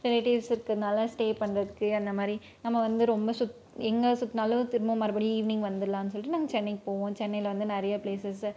relatives இருக்கிறதுனால stay பண்றதுக்கு அந்த மாதிரி நம்ம வந்து ரொம்ப சுத் எங்கே சுற்றினாலும் திரும்ப மறுபடியும் ஈவினிங் வந்துடலான்னு சொல்லிட்டு நாங்கள் சென்னைக்குப் போவோம் சென்னையில் வந்து நிறைய பிளேசஸ்ஸு